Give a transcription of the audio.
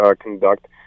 conduct